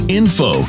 info